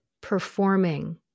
performing